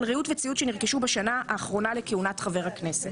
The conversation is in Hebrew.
ריהוט וציוד שנרכשו בשנה האחרונה לכהונת חבר הכנסת.